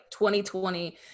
2020